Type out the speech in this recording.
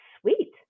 sweet